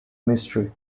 mystery